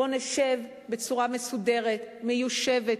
בואו נשב בצורה מסודרת, מיושבת,